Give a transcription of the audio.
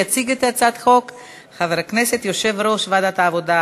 יציג את הצעת החוק יושב-ראש ועדת העבודה,